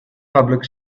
public